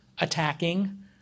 attacking